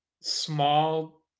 small